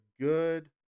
good